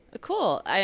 Cool